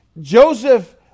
Joseph